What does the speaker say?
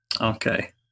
Okay